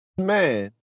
man